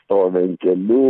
stovi ant kelių